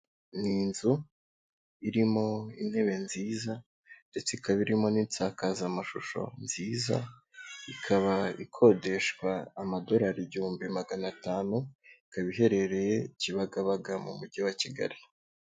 Ni inzu irimo intebe nziza, ndetse ikaba irimo n'insakazamashusho nziza, ikaba ikodeshwa amadolari igihumbi magana atanu, ikaba iherereye Kibagabaga mu mugi wa Kigali.